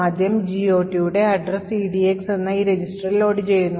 ആദ്യം GOTയുടെ വിലാസം EDX എന്ന ഈ രജിസ്റ്ററിൽ ലോഡുചെയ്യുന്നു